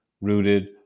rooted